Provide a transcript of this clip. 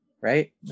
right